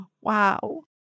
Wow